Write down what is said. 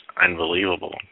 unbelievable